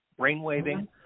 brainwaving